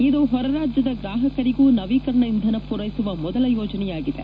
ಇದು ಹೊರ ರಾಜ್ಗದ ಗ್ರಾಪಕರಿಗೂ ನವೀಕರಣ ಇಂಧನ ಪೂರೈಸುವ ಮೊದಲ ಯೋಜನೆಯಾಗಿದೆ